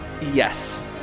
Yes